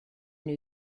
new